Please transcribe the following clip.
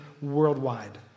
worldwide